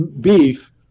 beef